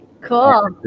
Cool